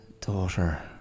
daughter